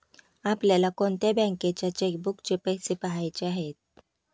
आपल्याला कोणत्या बँकेच्या चेकबुकचे पैसे पहायचे आहे?